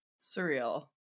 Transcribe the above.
Surreal